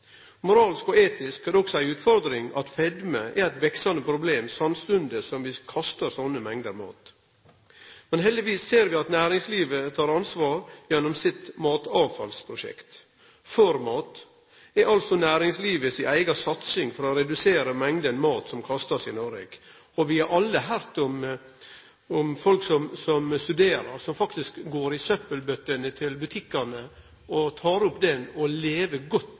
Moralsk og etisk er det også ei utfordring at overvekt er et veksande problem, samstundes som vi kastar slike mengder mat. Heldigvis ser vi at næringslivet tek ansvar gjennom sitt matavfallsprosjekt. ForMat er altså næringslivets eiga satsing for å redusere mengda mat som blir kasta i Noreg. Vi har alle høyrt om folk som studerer, som faktisk går i søppelbyttene til butikkane og tek opp og lever godt